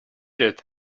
that